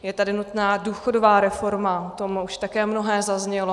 Je tady nutná důchodová reforma, k tomu už také mnohé zaznělo.